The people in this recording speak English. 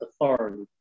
authority